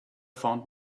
found